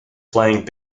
playing